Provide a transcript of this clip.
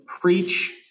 preach